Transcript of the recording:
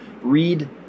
read